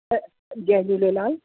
Jay Jhulelal